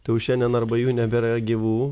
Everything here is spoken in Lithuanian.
tai jau šiandien arba jų nebėra gyvų